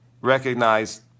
recognize